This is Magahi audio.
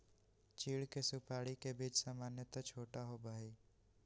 चीड़ के सुपाड़ी के बीज सामन्यतः छोटा होबा हई